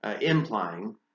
implying